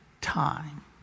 time